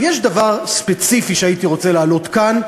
יש דבר ספציפי שהייתי רוצה להעלות כאן,